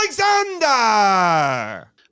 Alexander